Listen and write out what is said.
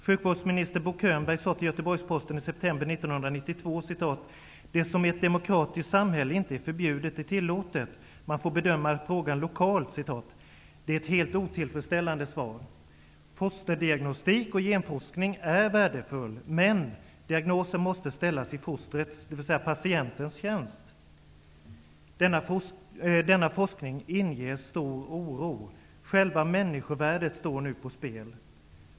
Sjukvårdsminister Bo Könberg sade till Göteborgs-Posten i september 1992: ''Det som i ett demokratiskt samhälle inte är förbjudet är tillåtet. Man får bedöma frågan lokalt.'' Det är ett helt otillfredsställande svar. Fosterdiagnostik och genforskning är av värde, men diagnostiken måste ställas i fostrets, dvs. i patientens tjänst. Denna forskning inger stor oro, själva människovärdet står nu på spel.